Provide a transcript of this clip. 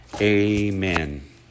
Amen